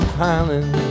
piling